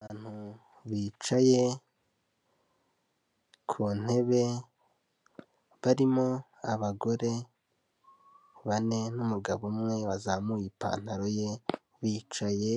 Abantu bicaye ku ntebe, barimo abagore bane n'umugabo umwe, wabazamuye ipantaro ye, bicaye